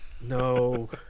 No